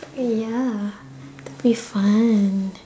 eh ya that'll be fun